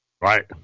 right